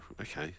okay